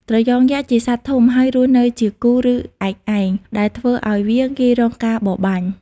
ត្រយងយក្សជាសត្វធំ ហើយរស់នៅជាគូ ឬឯកឯង ដែលធ្វើឲ្យវាងាយរងការបរបាញ់។